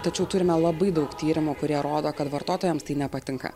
tačiau turime labai daug tyrimų kurie rodo kad vartotojams tai nepatinka